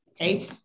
Okay